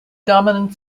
dominant